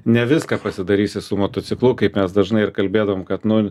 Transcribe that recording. ne viską pasidarysi su motociklu kaip mes dažnai ir kalbėdavom kad nu